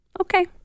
Okay